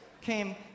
Came